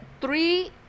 three